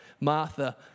Martha